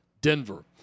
Denver